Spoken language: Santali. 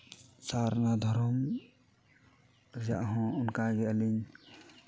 ᱥᱟᱨᱱᱟ ᱫᱷᱚᱨᱚᱢ ᱨᱮᱭᱟᱜ ᱦᱚᱸ ᱚᱱᱠᱟᱜᱮ ᱟᱹᱞᱤᱧ